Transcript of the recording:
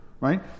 Right